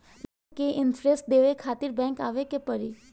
Loan के interest देवे खातिर बैंक आवे के पड़ी?